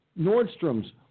Nordstrom's